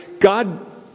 God